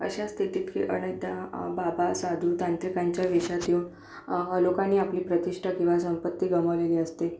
अशा स्थितीत की अनेकदा बाबा साधू तांत्रिकांच्या वेषात येऊन लोकांनी आपली प्रतिष्ठा किंवा संपत्ती गमावलेली असते